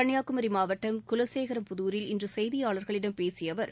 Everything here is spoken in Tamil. கன்னியாகுமரிமாவட்டம் குலசேகரம்புதூரில் இன்றுசெய்தியாளர்களிடம் பேசியஅவர்